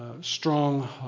strong